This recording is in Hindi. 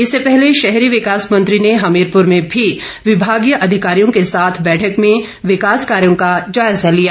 इससे पहले शहरी विकास मंत्री ने हमीरपुर में भी विभागीय अधिकारियों के साथ बैठक में विकास कार्यों का जायजा लिया